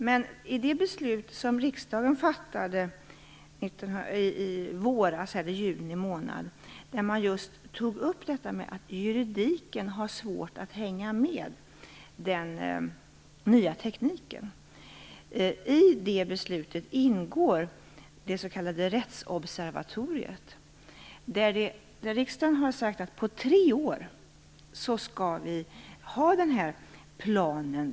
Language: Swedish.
Men i det beslut som riksdagen fattade i juni i år, där just detta med att juridiken har svårt att hänga med den nya tekniken togs upp, ingår det s.k. rättsobservatoriet. Riksdagen har sagt att vi inom tre år skall ha den här planen.